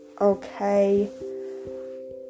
okay